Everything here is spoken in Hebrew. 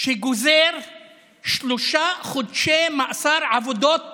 שגוזר שלושה חודשי מאסר עבודות